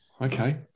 Okay